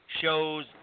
shows